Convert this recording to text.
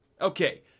Okay